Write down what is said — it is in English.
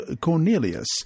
Cornelius